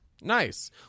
Nice